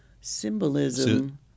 symbolism